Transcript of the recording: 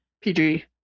PG